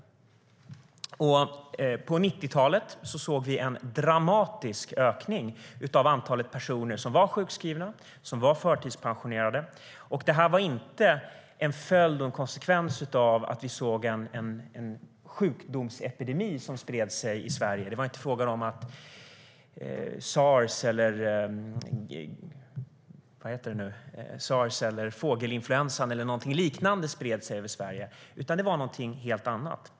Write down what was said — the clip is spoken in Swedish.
På 1990-talet såg vi en dramatisk ökning av antalet sjukskrivna och förtidspensionerade. Det var inte en följd av någon sjukdomsepidemi i Sverige - det var inte fråga om att sars, fågelinfluensan eller något liknande spred sig i Sverige, utan det var något helt annat.